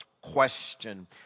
question